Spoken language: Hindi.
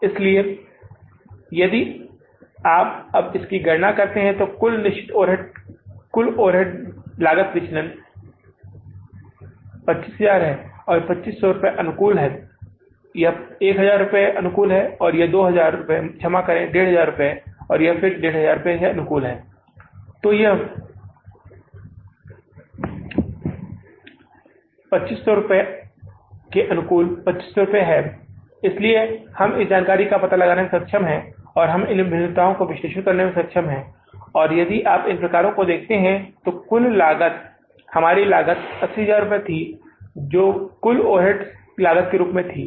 इसलिए यदि आप अब इसकी गणना करते हैं कि कुल निश्चित ओवरहेड कुल ओवरहेड लागत विचलन 2500 है 2500 अनुकूल है और यह 1000 अनुकूल है और यह 2000 है क्षमा करें 1500 यह 1500 फिर से अनुकूल है तो यह 2500 के अनुकूल 2500 अनुकूल है इसलिए हम इस जानकारी का पता लगाने में सक्षम हैं और हम इन भिन्नताओं का विश्लेषण करने में सक्षम हैं और यदि आप इन प्रकारों को देखते हैं तो कुल लागत हमारी कुल लागत 80000 थी जो कुल ओवरहेड लागत के रूप में थी